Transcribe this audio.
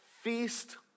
feast